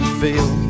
feel